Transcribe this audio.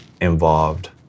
involved